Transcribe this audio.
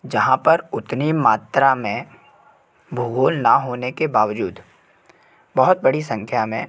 जहाँ पर उतनी मात्रा में भूगोल न होने के बावजूद बहुत बड़ी संख्या में